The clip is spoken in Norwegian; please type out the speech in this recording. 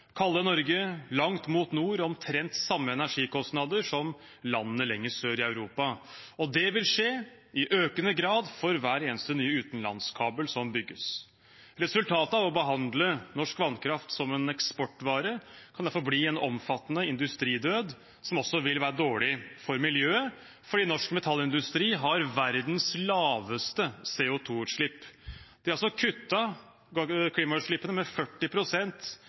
Norge, langt mot nord, omtrent de samme energikostnadene som landene lenger sør i Europa. Det vil skje i økende grad for hver eneste nye utenlandskabel som bygges. Resultatet av å behandle norsk vannkraft som en eksportvare kan derfor bli en omfattende industridød, som også vil være dårlig for miljøet, fordi norsk metallindustri har verdens laveste CO 2 -utslipp. De har kuttet klimagassutslippene med 40 pst. siden 1990. I Kina skjer aluminiumsproduksjonen med